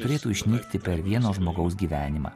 turėtų išnykti per vieno žmogaus gyvenimą